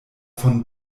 von